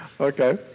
Okay